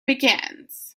begins